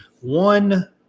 one